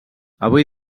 avui